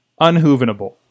Unhoovenable